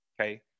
okay